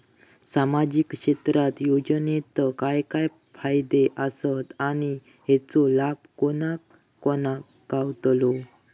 सामजिक क्षेत्र योजनेत काय काय फायदे आसत आणि हेचो लाभ कोणा कोणाक गावतलो?